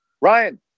Ryan